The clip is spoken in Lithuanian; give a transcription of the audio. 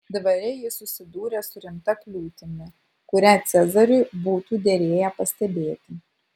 dvare ji susidūrė su rimta kliūtimi kurią cezariui būtų derėję pastebėti